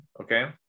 okay